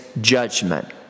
judgment